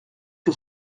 que